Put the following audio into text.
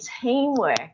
teamwork